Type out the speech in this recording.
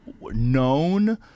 known